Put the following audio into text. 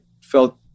felt